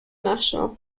national